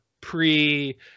pre